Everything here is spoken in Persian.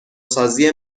سازی